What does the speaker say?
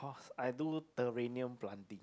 I do theraneem planting